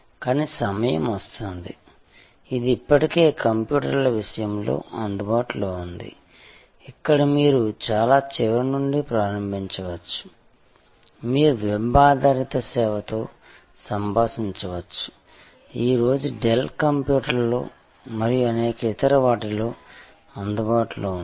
కానీ సమయం వస్తుంది ఇది ఇప్పటికే కంప్యూటర్ల విషయంలో అందుబాటులో ఉంది ఇక్కడ మీరు చాలా చివర నుండి ప్రారంభించవచ్చు మీరు వెబ్ ఆధారిత సేవతో సంభాషించవచ్చు ఈ రోజు డెల్ కంప్యూటర్లలో మరియు అనేక ఇతర వాటిలో అందుబాటులో ఉంది